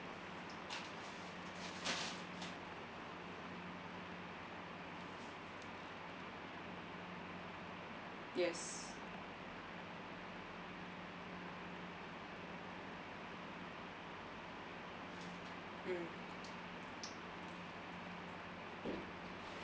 yes mm mm